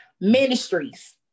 ministries